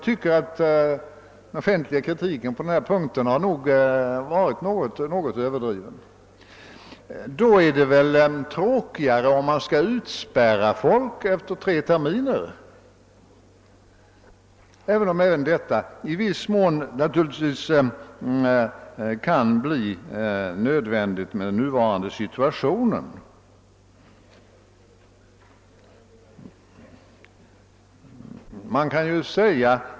Den offentliga kritiken på den punkten har nog varit något överdriven. I så fall är det väl tråkigare om man skall utspärra folk efter tre terminer, även om också detta naturligtvis i viss mån kan bli nödvändigt i den nuvarande situationen.